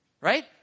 right